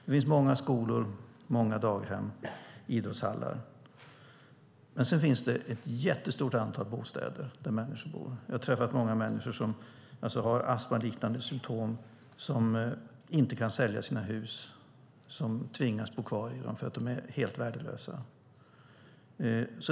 Det finns många skolor, daghem och idrottshallar. Sedan finns det ett jättestort antal bostäder där människor bor. Jag har träffat många människor som har astmaliknande symtom som inte kan sälja sina hus utan tvingas bo kvar i dem därför att de är helt värdelösa.